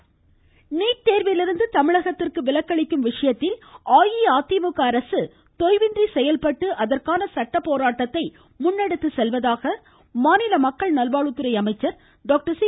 சட்டப்பேரவை NEET NEET தேர்விலிருந்து தமிழகத்திற்கு விலக்கு அளிக்கும் விஷயத்தில் அஇஅதிமுக அரசு தொய்வின்றி செயல்பட்டு அதற்கான சட்ட போராட்டத்தை முன்னெடுத்து செல்வதாக மாநில மக்கள் நல்வாழ்வுத்துறை அமைச்சர் டாக்டர் சி